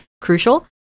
Crucial